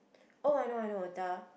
oh I know I know the